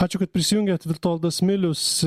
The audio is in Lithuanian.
ačiū kad prisijungėte vitoldas milius